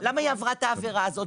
למה היא עברה את העבירה הזאת?